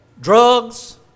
drugs